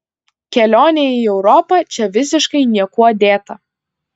kelionė į europą čia visiškai niekuo dėta